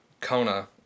Kona